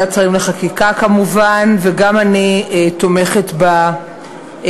ועדת שרים לחקיקה, כמובן, וגם אני תומכת בה מאוד.